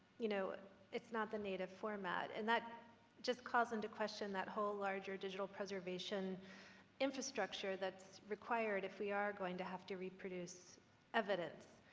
you know it's not the native format. and that just calls into question that whole larger digital preservation infrastructure that's required if we are going to have to reproduce evidence.